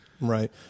Right